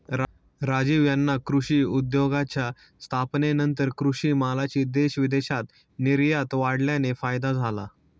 राजीव यांना कृषी उद्योगाच्या स्थापनेनंतर कृषी मालाची देश विदेशात निर्यात वाढल्याने फायदा झाला